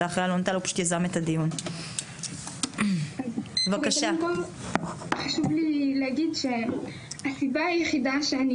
קודם כל חשוב לי להגיד שהסיבה היחידה שאני